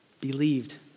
Believed